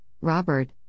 Robert